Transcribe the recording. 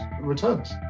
returns